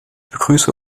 begrüße